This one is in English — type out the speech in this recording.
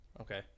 Okay